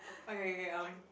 okay K K um